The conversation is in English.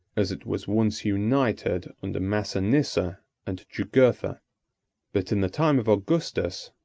as it was once united under massinissa and jugurtha but in the time of augustus,